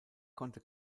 konnte